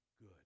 good